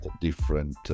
different